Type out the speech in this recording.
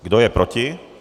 Kdo je proti?